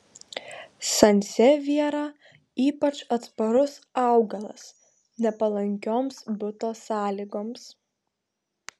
sansevjera ypač atsparus augalas nepalankioms buto sąlygoms